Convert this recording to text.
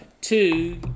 Two